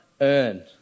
earn